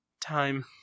time